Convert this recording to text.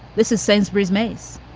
this is sainsbury's mace